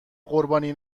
قربانی